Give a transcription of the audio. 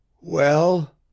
Well